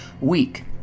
week